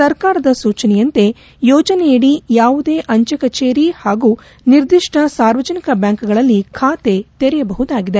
ಸರ್ಕಾರದ ಸೂಚನೆಯಂತೆ ಯೋಜನೆಯಡಿ ಯಾವುದೇ ಅಂಚೆ ಕಚೇರಿ ಹಾಗೂ ನಿರ್ದಿಷ್ಟ ಸಾರ್ವಜನಿಕ ಬ್ಯಾಂಕ್ಗಳಲ್ಲಿ ಬಾತೆ ತೆರೆಯಬಹುದಾಗಿದೆ